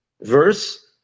verse